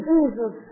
Jesus